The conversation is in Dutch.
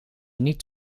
niet